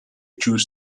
choose